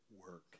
work